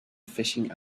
fishing